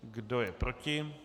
Kdo je proti?